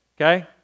Okay